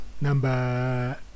number